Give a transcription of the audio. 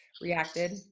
reacted